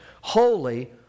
Holy